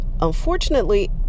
Unfortunately